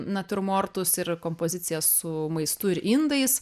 natiurmortus ir kompoziciją su maistu ir indais